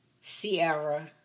Sierra